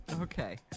Okay